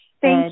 Thank